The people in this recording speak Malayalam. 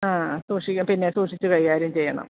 ആ സൂക്ഷിക്കുക പിന്നെ സൂക്ഷിച്ച് കൈകാര്യം ചെയ്യണം